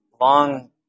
long